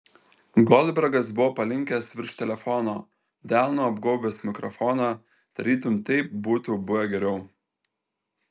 goldbergas buvo palinkęs virš telefono delnu apgaubęs mikrofoną tarytum taip būtų buvę geriau